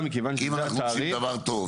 אם אנחנו עושים דבר טוב,